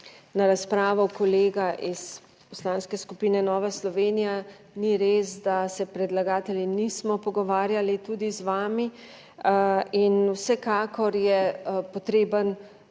na razpravo kolega iz Poslanske skupine Nova Slovenija. Ni res, da se predlagatelji nismo pogovarjali tudi z vami in vsekakor je potreben